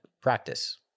practice